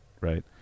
right